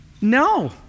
No